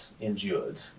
endured